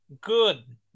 Good